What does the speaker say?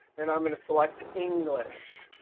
and i'm going to select english.